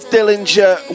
Dillinger